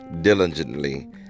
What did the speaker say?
diligently